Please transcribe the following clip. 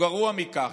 או גרוע מכך,